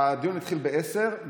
הדיון התחיל ב-10:00,